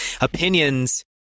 opinions